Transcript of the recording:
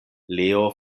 leo